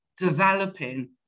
developing